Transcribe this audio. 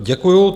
Děkuju.